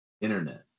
internet